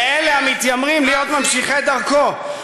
לאלה המתיימרים להיות ממשיכי דרכו.